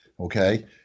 Okay